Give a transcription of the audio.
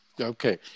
Okay